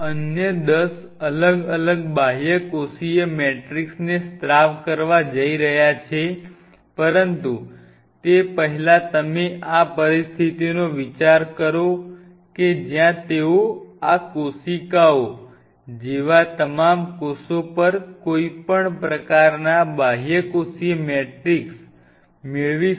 અન્ય દસ અલગ અલગ બાહ્યકોષીય મેટ્રિક્સને સ્ત્રાવ કરવા જઈ રહ્યા છે પરંતુ તે પહેલાં તમે આ પરિસ્થિતિનો વિચાર કરો કે જ્યાં તેઓ આ કોશિકાઓ જેવા તમામ કોષો પર કોઈપણ પ્રકારના બાહ્યકોષીય મેટ્રિક્સ મેળવી શકે